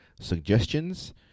suggestions